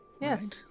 Yes